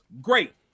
great